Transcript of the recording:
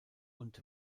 und